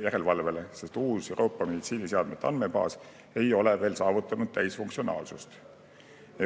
järelevalve, sest uus Euroopa meditsiiniseadmete andmebaas ei ole veel saavutanud täisfunktsionaalsust.